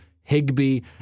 Higby